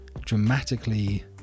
dramatically